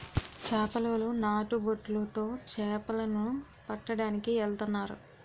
చేపలోలు నాటు బొట్లు తో చేపల ను పట్టడానికి ఎల్తన్నారు